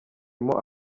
imirimo